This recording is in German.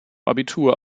abitur